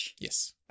Yes